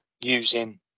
using